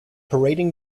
parading